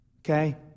Okay